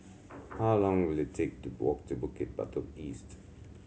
how long will it take to walk to Bukit Batok East